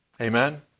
Amen